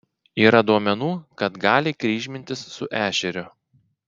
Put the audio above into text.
yra duomenų kad gali kryžmintis su ešeriu